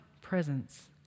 presence